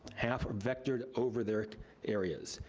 half are vectored over their areas.